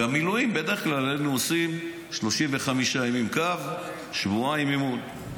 במילואים בדרך כלל היינו עושים 35 ימים קו שבועיים אימון.